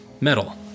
metal